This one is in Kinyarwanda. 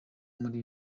muri